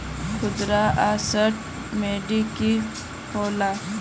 खुदरा असटर मंडी की होला?